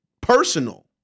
personal